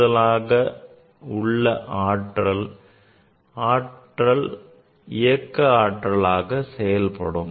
கூடுதலாக உள்ள ஆற்றல் இயக்க ஆற்றலாக செயல்படும்